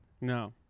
no